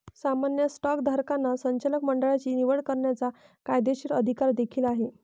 सामान्य स्टॉकधारकांना संचालक मंडळाची निवड करण्याचा कायदेशीर अधिकार देखील आहे